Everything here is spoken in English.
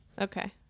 Okay